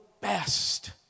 best